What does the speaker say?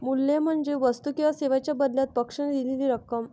मूल्य म्हणजे वस्तू किंवा सेवांच्या बदल्यात पक्षाने दिलेली रक्कम